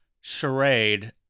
charade